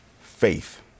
Faith